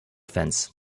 fence